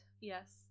Yes